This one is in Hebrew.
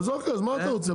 אוקיי אז מה אתה רוצה?